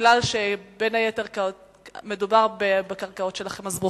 כי מדובר בקרקעות שלכם, בין היתר.